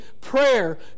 prayer